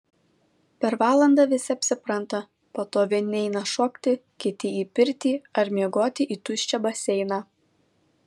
per valandą visi apsipranta po to vieni eina šokti kiti į pirtį ar miegoti į tuščią baseiną